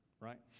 Right